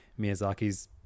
Miyazaki's